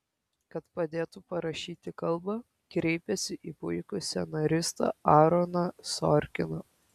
kad padėtų parašyti kalbą kreipėsi į puikų scenaristą aaroną sorkiną